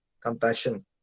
compassion